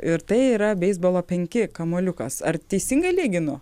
ir tai yra beisbolo penki kamuoliukas ar teisingai lyginu